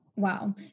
Wow